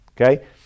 okay